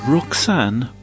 Roxanne